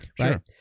sure